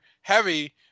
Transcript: heavy